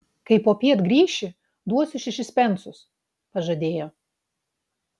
kai popiet grįši duosiu šešis pensus pažadėjo